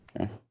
Okay